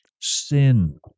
sin